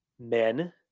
men